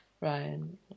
Ryan